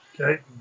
Okay